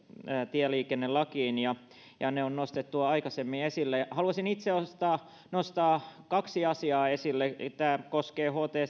tieliikennelakiin ne on nostettu aikaisemmin esille haluaisin itse nostaa kaksi asiaa esille tämä koskee hct